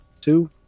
Two